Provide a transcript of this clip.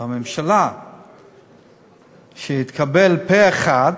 והממשלה שהתקבלו פה-אחד